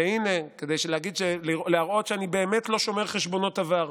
והינה, כדי להראות שאני באמת לא שומר חשבונות עבר,